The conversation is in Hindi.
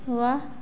वाह